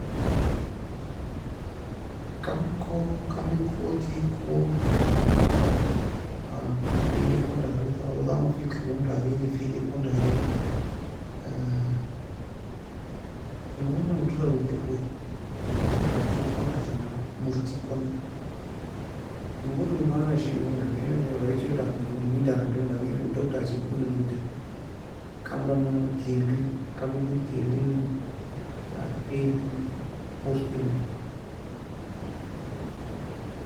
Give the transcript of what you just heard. Cami eko cami eko tiy ko فيل ekon darin ta rotan log فيل ka erbiemo لكن فيل ekon darin engo eli odo dawein kal ko. Kago kon dachina murty ekon engo elin onan ne nashin go لكن agar echi edo dakan erbair mo menin darika erbiare mo لكن odo dachi ko engo eli cam ra emeno tiy elin cami elin tiy elin فيل elin murty eli